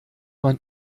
man